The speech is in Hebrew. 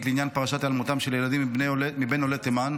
לעניין פרשת היעלמותם של ילדים מבין עולי תימן,